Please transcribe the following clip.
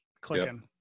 clicking